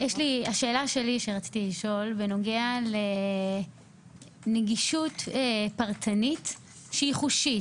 השאלה שרציתי לשאול בנוגע לנגישות פרטנית שהיא חושית,